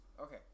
okay